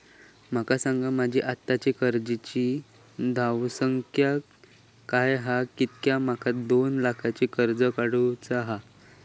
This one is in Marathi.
माका सांगा माझी आत्ताची कर्जाची धावसंख्या काय हा कित्या माका दोन लाखाचा कर्ज काढू चा हा?